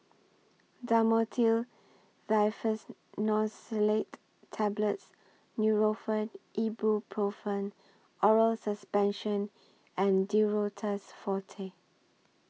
Dhamotil Diphenoxylate Tablets Nurofen Ibuprofen Oral Suspension and Duro Tuss Forte